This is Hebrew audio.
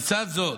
לצד זאת,